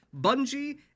Bungie